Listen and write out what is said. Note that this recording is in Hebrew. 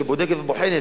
שבודקת ובוחנת,